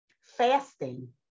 fasting